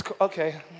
Okay